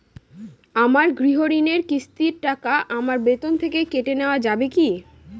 আমার গৃহঋণের কিস্তির টাকা আমার বেতন থেকে কেটে নেওয়া যাবে কি?